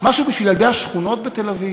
משהו בשביל ילדי השכונות בתל-אביב,